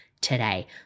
today